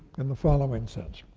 in the following sense.